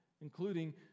including